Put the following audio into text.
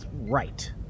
right